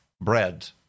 bread